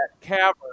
cavern